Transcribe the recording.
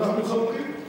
אנחנו חלוקים.